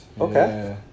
Okay